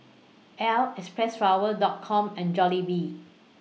Elle Xpressflower Dot Com and Jollibee